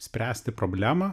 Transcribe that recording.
spręsti problemą